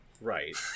Right